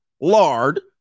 lard